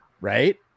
right